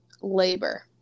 labor